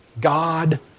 God